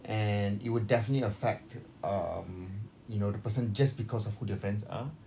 and it would definitely affect um you know the person just because of who their friends are